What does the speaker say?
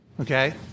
Okay